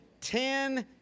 Ten